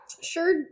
sure